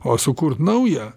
o sukurt naują